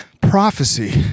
prophecy